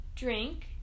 Drink